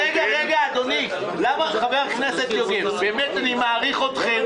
חבר הכנסת יוגב, אני באמת מעריך אתכם.